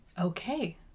okay